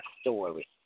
story